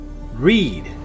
read